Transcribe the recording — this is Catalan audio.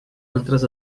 altres